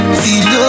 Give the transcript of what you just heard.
feel